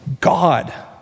God